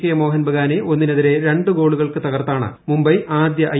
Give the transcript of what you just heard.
K Mohun ബഗാനെ ഒന്നിനെതിരേ രണ്ടുഗോളുകൾക്ക് തകർത്താണ് മുംബൈ ആദ്യ ഐ